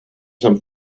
some